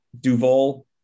Duval